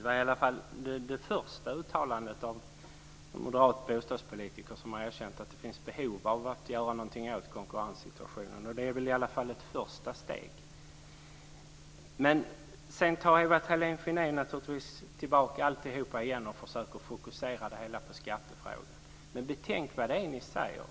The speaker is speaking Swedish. Fru talman! Det var det första uttalandet av en moderat bostadspolitiker där det erkänns att det finns ett behov av att göra något åt konkurrenssituationen, och det är väl i alla fall ett första steg. Sedan tar Ewa Thalén Finné, naturligtvis, tillbaka alltihop och försöker fokusera det hela på skattefrågan. Men betänk vad ni säger!